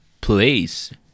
place